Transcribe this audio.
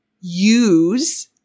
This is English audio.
use